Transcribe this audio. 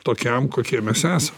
tokiam kokie mes esam